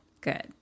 good